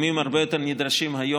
הם היו מאפלטון עד נאט"ו,